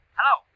Hello